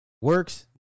Works